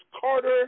Carter